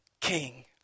king